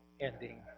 ending